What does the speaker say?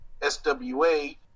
swa